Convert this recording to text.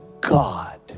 God